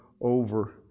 over